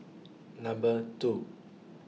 Number two